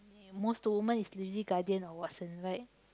most to women is really Guardian or Watsons right